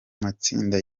matsinda